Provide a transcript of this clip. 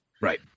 Right